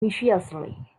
viciously